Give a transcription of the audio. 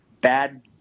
bad